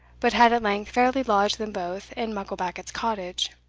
but had at length fairly lodged them both in mucklebackit's cottage.